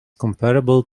comparable